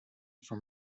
from